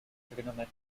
trigonometric